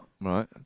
right